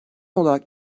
olarak